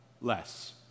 less